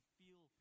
feel